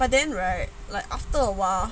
but then right like after a while